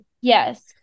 yes